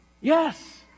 yes